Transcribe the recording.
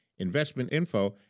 investmentinfo